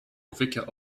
vicar